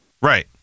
Right